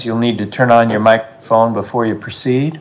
you'll need to turn on your mike phone before you proceed